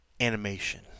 animation